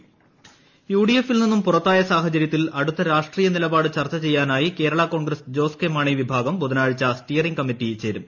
Jose K Mani U D എഫിൽ നിന്നും പുറത്തായ സാഹചര്യത്തിൽ അടുത്ത രാഷ്ട്രീയ നിലപാട് ചർച്ച ചെയ്യാനായി കേരള കോൺഗ്രസ് ജോസ് കെ മാണി വിഭാഗം ബുധനാഴ്ച സ്റ്റിയറിംഗ് കമ്മിറ്റി ചേരും